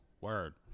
Word